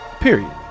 Period